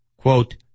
Quote